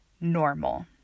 normal